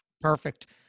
Perfect